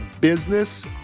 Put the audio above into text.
Business